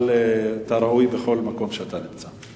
אבל אתה ראוי בכל מקום שאתה נמצא.